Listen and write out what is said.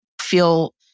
feel